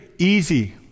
easy